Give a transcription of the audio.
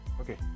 Okay